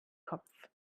kopf